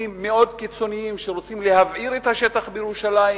מאוד קיצוניים שרוצים להבעיר את השטח בירושלים,